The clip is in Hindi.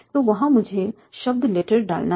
तो वहाँ मुझे शब्द लेटर डालना है